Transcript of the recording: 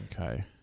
Okay